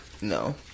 No